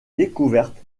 découverte